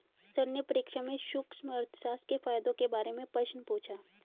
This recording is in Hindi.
सर ने परीक्षा में सूक्ष्म अर्थशास्त्र के फायदों के बारे में प्रश्न पूछा